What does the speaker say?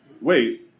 Wait